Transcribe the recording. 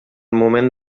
moment